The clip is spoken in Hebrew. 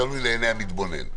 תלוי בעיני המתבונן.